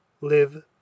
live